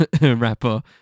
rapper